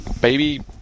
baby